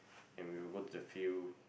and we will go to the field